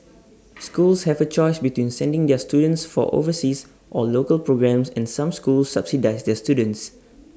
schools have A choice between sending their students for overseas or local programmes and some schools subsidise their students